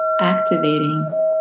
activating